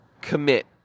commit